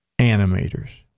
animators